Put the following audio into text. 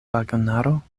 vagonaro